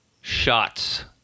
Shots